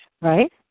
right